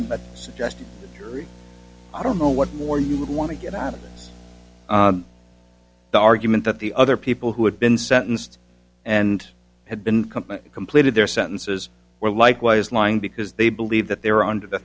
in but suggesting that jury i don't know what more you would want to get out of this the argument that the other people who had been sentenced and had been company completed their sentences were likewise lying because they believe that they're under the